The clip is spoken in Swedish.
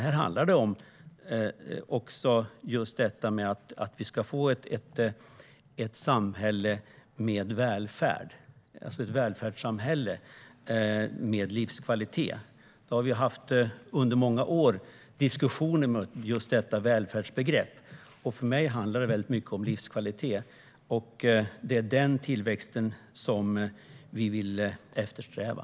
Här handlar det om att vi ska få ett välfärdssamhälle med livskvalitet. Vi har under många år haft diskussioner om detta välfärdsbegrepp. För mig handlar det väldigt mycket om livskvalitet. Det är den tillväxt som vi vill eftersträva.